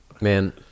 Man